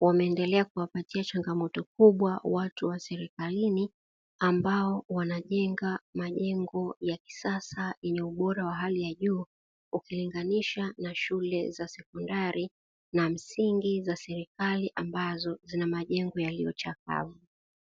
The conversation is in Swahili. wameendelea kuwapatia changamoto kubwa watu wa serikalini, ambao wanajenga majengo ya kisasa yenye ubora wa hali ya juu, ukilinganisha na shule za sekondari na msingi za serikali ambazo zina majengo yaliyochakaa.